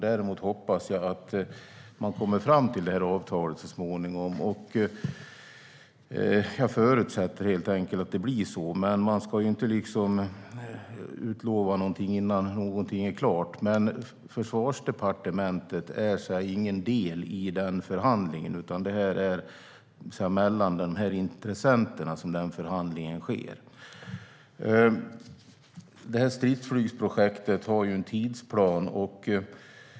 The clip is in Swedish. Däremot hoppas jag att man så småningom kommer fram till avtalet. Jag förutsätter helt enkelt att det blir så. Men man ska inte utlova någonting innan det är klart. Men Försvarsdepartementet är inte någon del i den förhandlingen. Det är mellan intressenterna som förhandlingen sker. Stridsflygsprojektet har en tidsplan.